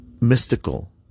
mystical